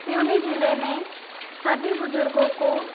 सिवनी ज़िले में सभी बुज़ुर्गों को